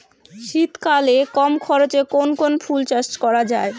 শীতকালে কম খরচে কোন কোন ফুল চাষ করা য়ায়?